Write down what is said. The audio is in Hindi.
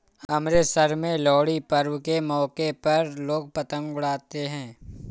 अमृतसर में लोहड़ी पर्व के मौके पर लोग पतंग उड़ाते है